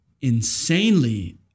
insanely